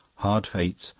hard fate!